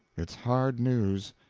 it's hard news.